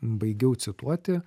baigiau cituoti